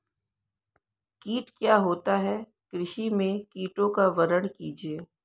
कीट क्या होता है कृषि में कीटों का वर्णन कीजिए?